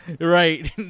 Right